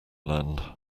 land